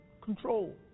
control